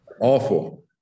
awful